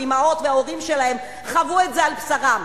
האמהות וההורים שלהם חוו את זה על בשרם.